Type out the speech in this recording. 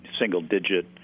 single-digit